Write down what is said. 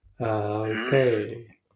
okay